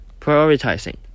Prioritizing